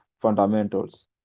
fundamentals